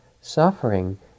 Suffering